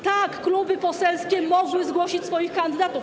Tak, kluby poselskie mogły zgłosić swoich kandydatów.